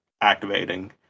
activating